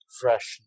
fresh